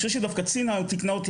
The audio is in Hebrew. אני חושב שדווקא צינה תיקנה אותי,